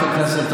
אבל קצר.